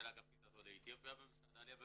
אני מנהל אגף קליטת עולי אתיופיה במשרד העלייה והקליטה.